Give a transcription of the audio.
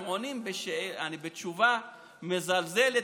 הם עונים תשובה מזלזלת,